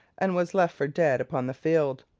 and was left for dead upon the field.